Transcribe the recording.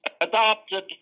adopted